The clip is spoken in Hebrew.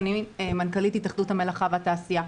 אני מנכ"לית התאחדות המלאכה והתעשייה.